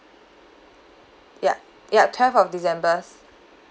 ya ya twelve of december